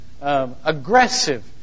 aggressive